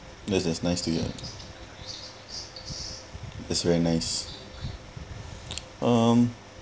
yeah that's nice to you that's very nice um